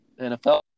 NFL